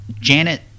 Janet